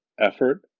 effort